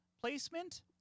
placement